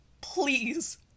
please